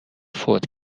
فوت